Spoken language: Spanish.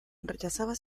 rechazaba